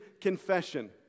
confession